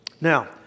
Now